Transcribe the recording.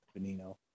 benino